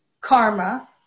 karma